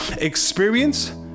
experience